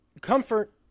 comfort